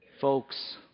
Folks